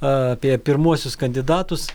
apie pirmuosius kandidatus